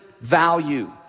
value